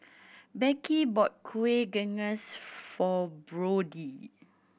Becky bought kuih for Brody